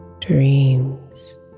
dreams